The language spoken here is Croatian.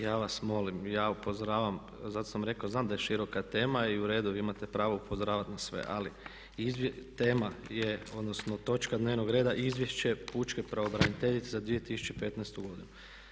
Ja vas molim i ja upozoravam, zato sam i rekao znam da je široka tema i u redu, vi imate pravo upozoravati na sve ali tema je, odnosno točka dnevnog reda Izvješće pučke pravobraniteljice za 2015. godinu.